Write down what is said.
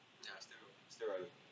just two still early